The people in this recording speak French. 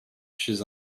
chez